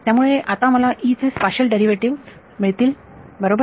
त्यामुळे आता मला चे स्पाशल डेरिवेटिव मिळतील बरोबर